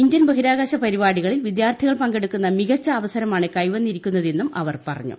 Indian ബഹിരാകാശ പരിപാടികളിൽ വിദ്യാർത്ഥികൾ പങ്കെടുക്കുന്ന മികച്ച അവസരമാണ് കൈവന്നിരിക്കുന്നതെന്നും അവർ പറഞ്ഞു